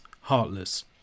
heartless